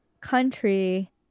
country